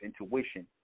intuition